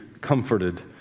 comforted